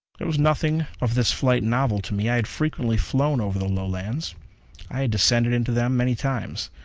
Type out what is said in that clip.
there was nothing of this flight novel to me. i had frequently flown over the lowlands i had descended into them many times.